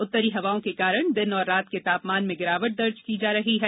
उत्तरी हवाओं के कारण दिन और रात के तापमान में गिरावट दर्ज की जा रही है